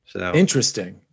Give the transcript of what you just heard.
Interesting